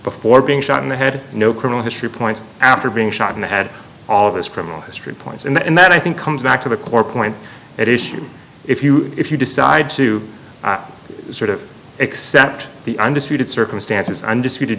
before being shot in the head no criminal history points after being shot in the head all of his criminal history points in the end that i think comes back to the core point at issue if you if you decide to sort of except the undisputed circumstances undisputed